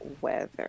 weather